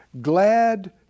glad